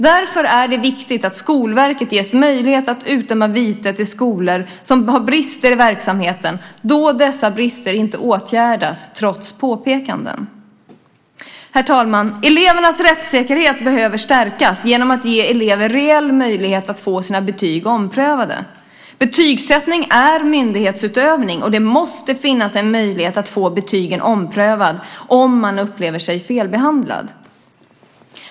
Därför är det viktigt att Skolverket ges möjlighet att utdöma vite till skolor som har brister i verksamheten då dessa brister inte åtgärdas trots påpekanden. Herr talman! Elevernas rättssäkerhet behöver stärkas genom att de ges reell möjlighet att få sina betyg omprövade. Betygsättning är myndighetsutövning, och det måste finnas en möjlighet att få betygen omprövade om man upplever sig felbehandlad.